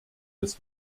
des